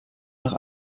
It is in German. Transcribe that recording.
nach